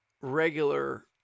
regular